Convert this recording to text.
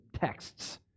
texts